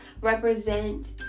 represent